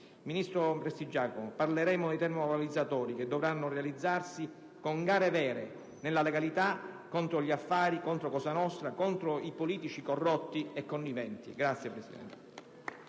Ministro Prestigiacomo, parleremo dei termovalorizzatori che dovranno realizzarsi con gare vere, nella legalità, contro gli affari, contro cosa nostra, contro i politici corrotti e conniventi. *(Applausi